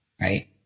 right